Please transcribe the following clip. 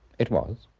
it was.